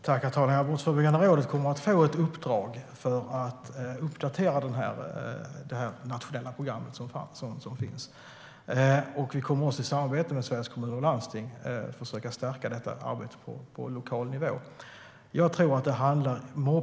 Herr talman! Brottsförebyggande rådet kommer att få i uppdrag att uppdatera det nationella program som finns. I samarbete med Sveriges Kommuner och Landsting kommer vi att försöka stärka det brottsförebyggande arbetet på lokal nivå.